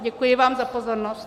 Děkuji vám za pozornost.